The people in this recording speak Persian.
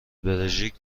بلژیک